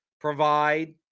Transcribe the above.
provide